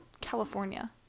California